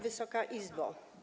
Wysoka Izbo!